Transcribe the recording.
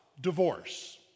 divorce